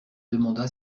demanda